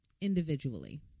individually